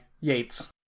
Yates